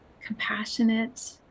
compassionate